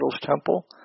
temple